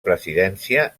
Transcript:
presidència